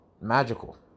magical